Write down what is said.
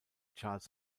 charles